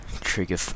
trigger